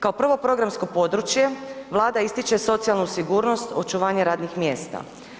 Kao prvo programsko područje Vlada ističe socijalnu sigurnost, očuvanje radnih mjesta.